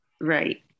right